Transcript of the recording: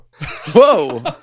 whoa